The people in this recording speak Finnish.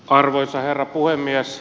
arvoisa herra puhemies